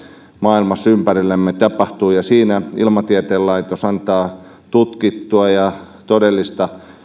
maailmassa ympärillämme tapahtuu ja siinä ilmatieteen laitos antaa tutkittua ja todellista